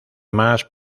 más